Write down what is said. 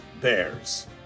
Bears